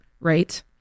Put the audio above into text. right